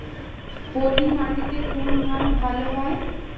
পলিমাটিতে কোন ধান ভালো হয়?